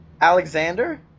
Alexander